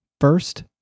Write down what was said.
First